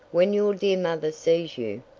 when your dear mother sees you.